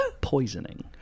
Poisoning